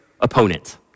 opponent